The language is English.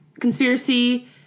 conspiracy